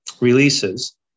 releases